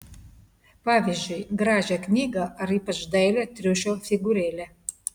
pavyzdžiui gražią knygą ar ypač dailią triušio figūrėlę